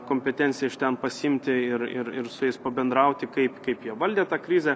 kompetenciją iš ten pasiimti ir ir ir su jais pabendrauti kaip kaip jie valdė tą krizę